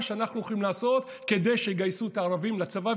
שאנחנו יכולים לעשות כדי שיגייסו את הערבים לצבא,